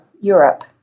Europe